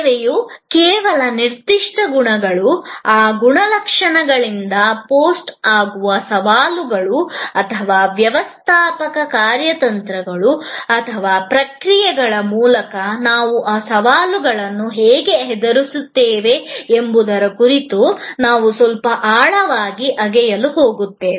ಸೇವೆಯ ಕೆಲವು ನಿರ್ದಿಷ್ಟ ಗುಣಲಕ್ಷಣಗಳು ಆ ಗುಣಲಕ್ಷಣಗಳಿಂದ ಆಗುವ ಸವಾಲುಗಳು ಮತ್ತು ವ್ಯವಸ್ಥಾಪಕ ಕಾರ್ಯತಂತ್ರಗಳು ಮತ್ತು ಪ್ರಕ್ರಿಯೆಗಳ ಮೂಲಕ ನಾವು ಆ ಸವಾಲುಗಳನ್ನು ಹೇಗೆ ಎದುರಿಸುತ್ತೇವೆ ಎಂಬುದರ ಕುರಿತು ನಾವು ಸ್ವಲ್ಪ ಆಳವಾಗಿ ಅಗೆಯಲು ಹೋಗುತ್ತೇವೆ